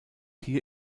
hier